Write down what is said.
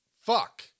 fuck